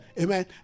amen